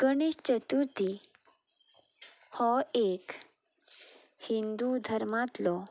गणेश चतुर्थी हो एक हिंदू धर्मांतलो